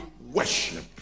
worship